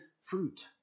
fruit